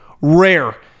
Rare